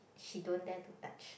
she don't dare to touch